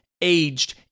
aged